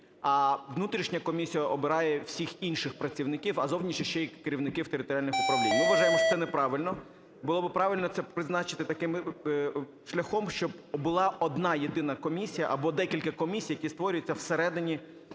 а внутрішня комісія обирає всіх інших працівників, а зовнішня ще і керівників територіальних управлінь. Ми вважаємо, що це неправильно. Було би правильно це призначити таким шляхом, щоб була одна єдина комісія або декілька комісій, які створюються в середині